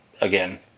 again